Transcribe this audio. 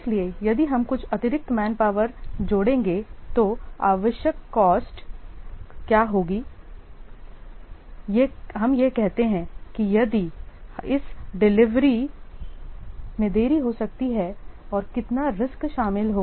इसलिए यदि हम कुछ अतिरिक्त मैनपावर जोड़ेंगे तो आवश्यक कॉस्ट क्या होगी हम यह कहते हैं कि यदि इस डिलीवरी में देरी हो सकती है और कितना रीस्क शामिल होगा